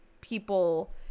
people